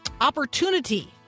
opportunity